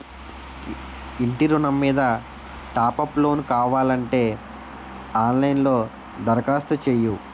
ఇంటి ఋణం మీద టాప్ అప్ లోను కావాలంటే ఆన్ లైన్ లో దరఖాస్తు చెయ్యు